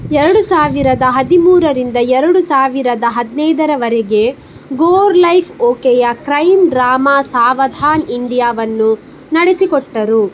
ಎರಡು ಸಾವಿರದ ಹದಿಮೂರರಿಂದ ಎರಡು ಸಾವಿರದ ಹದಿನೈದರವರೆಗೆ ಗೋರ್ ಲೈಫ್ ಓಕೆಯ ಕ್ರೈಮ್ ಡ್ರಾಮಾ ಸಾವಧಾನ್ ಇಂಡಿಯಾವನ್ನು ನಡೆಸಿಕೊಟ್ಟರು